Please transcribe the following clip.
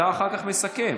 אתה אחר כך מסכם.